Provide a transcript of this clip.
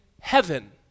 heaven